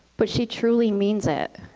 but she truly means it.